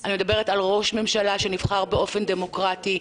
אני מדברת על ראש ממשלה שנבחר באופן דמוקרטי,